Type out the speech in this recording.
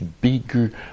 bigger